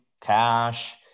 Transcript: cash